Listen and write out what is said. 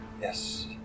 Yes